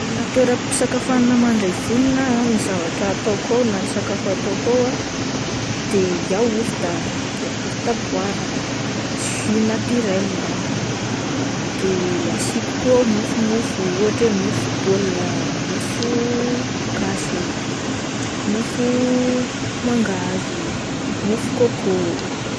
Manana toeram-pisakafoanana mandray vonona aho ah, ny zavatra ataoko ao na ny sakafo ataoko ao ah de yaorta, yaorta aboara, jus naturel, asiko koa ao asiko mofomofo ohatra hoe mofo baolina, mofogasy, mofo mangahazo, mofo kôkô.